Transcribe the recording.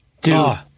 Dude